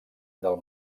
del